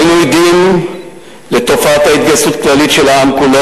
היינו עדים לתופעת ההתגייסות הכללית של העם כולו